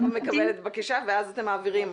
אני כל הזמן מקבלת בקשה ואז אתם מעבירים.